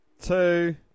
Two